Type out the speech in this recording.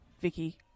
Vicky